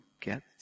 get